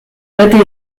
beti